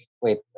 Wait